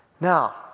Now